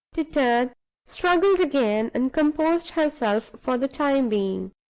tittered, struggled again, and composed herself for the time being.